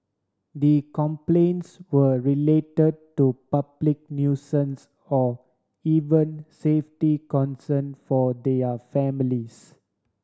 the complaints were relate to public nuisance or even safety concern for their families